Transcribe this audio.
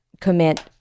commit